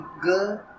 good